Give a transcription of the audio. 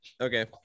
Okay